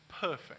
perfect